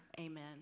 Amen